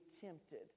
tempted